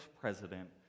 president